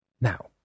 Now